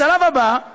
השלב הבא הוא